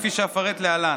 כפי שאפרט להלן: